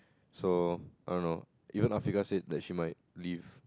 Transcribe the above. so I don't know even Afiqah said that she might leave